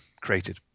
created